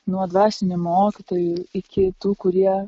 nuo dvasinių mokytojų iki tų kurie